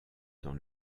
dans